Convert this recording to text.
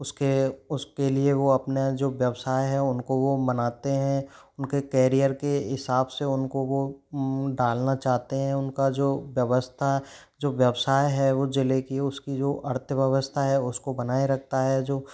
उसके उसके लिए वो अपना जो व्यवसाय है उनको वो मनाते हैं उनके कैरियर के हिसाब से उनको वो डालना चाहते हैं उनका जो व्यवस्था जो व्यवसाय है उस जिले की उसकी जो अर्थव्यवस्था है उसको बनाए रखता है जो